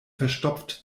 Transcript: verstopft